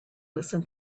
listen